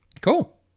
cool